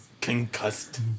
Concussed